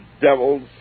devils